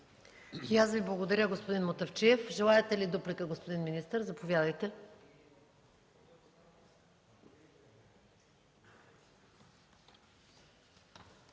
аз Ви благодаря, господин Мутафчиев. Желаете ли дуплика, господин министър? Заповядайте.